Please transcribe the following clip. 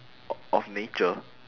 o~ of nature